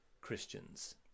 Christians